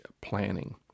planning